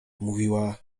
mówiła